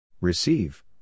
Receive